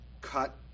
Cut